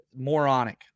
moronic